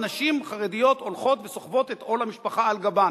נשים חרדיות שהולכות וסוחבות את עול המשפחה על גבן,